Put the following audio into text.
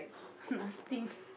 nothing